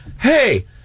Hey